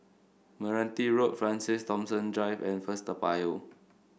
Meranti Road Francis Thomas Drive and First Toa Payoh